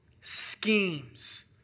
schemes